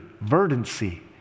verdancy